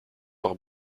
par